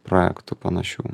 projektų panašių